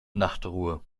nachtruhe